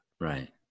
Right